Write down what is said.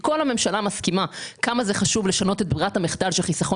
כל הממשלה מסכימה כמה חשוב לשנות את ברירת המחדל של חיסכון